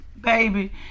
baby